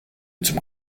zum